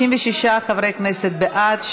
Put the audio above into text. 56 חברי כנסת בעד.